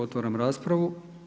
Otvaram raspravu.